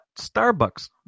Starbucks